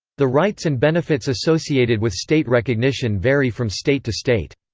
the rights and benefits associated with state recognition vary from state to state.